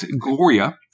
Gloria